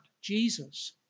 Jesus